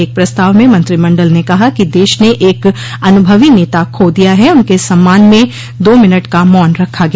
एक प्रस्ताव में मंत्रिमंडल ने कहा कि देश ने एक अनुभवी नेता खो दिया है उनके सम्मान में दो मिनट का मौन रखा गया